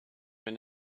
been